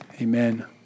amen